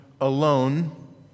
alone